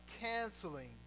canceling